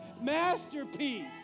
masterpiece